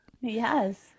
Yes